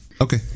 okay